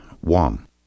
one